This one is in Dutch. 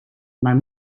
mijn